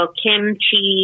kimchi